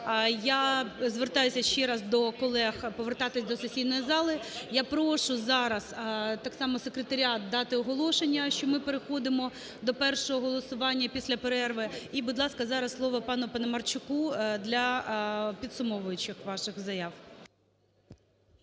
Я звертаюся ще раз до колег повертатись до сесійної зали. Я прошу зараз так само секретаріат дати оголошення, що ми переходимо до першого голосування після перерви. І, будь ласка, зараз слово пану Паламарчуку для підсумовуючих ваших заяв.